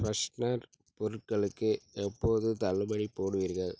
freshener பொருட்களுக்கு எப்போது தள்ளுபடி போடுவீர்கள்